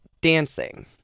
dancing